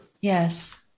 yes